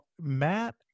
Matt